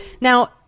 now